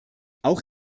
auch